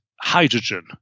hydrogen